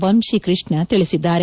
ವಂಶಿಕೃಷ್ಣ ತಿಳಿಸಿದ್ದಾರೆ